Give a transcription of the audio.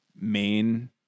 main